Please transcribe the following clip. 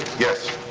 yes.